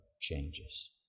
changes